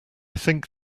think